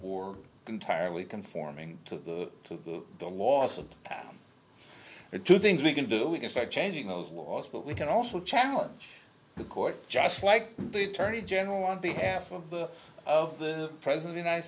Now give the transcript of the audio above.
ar entirely conforming to the to the loss of it to things we can do we can start changing those laws but we can also challenge the court just like the attorney general on behalf of the of the present united